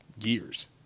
years